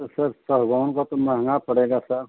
तो सर सागवान का तो महँगा पड़ेगा सर